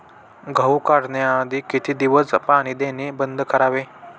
गहू काढण्याआधी किती दिवस पाणी देणे बंद करावे?